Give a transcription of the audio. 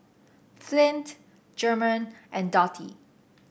Flint German and Dottie